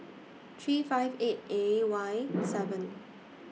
three five eight A Y seven